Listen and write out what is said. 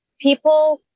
people